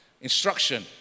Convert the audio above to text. Instruction